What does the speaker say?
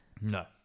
no